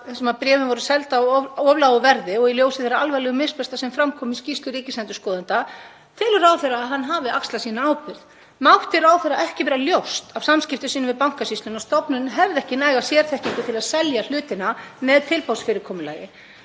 þar sem bréfin voru seld á of lágu verði, og í ljósi þeirra alvarlegu misbresta sem fram koma í skýrslu ríkisendurskoðanda telur ráðherra að hann hafi axlað sína ábyrgð? Mátti ráðherra ekki vera ljóst, af samskiptum sínum við Bankasýsluna, að stofnunin hefði ekki næga sérþekkingu til að selja hlutina með tilboðsfyrirkomulagi?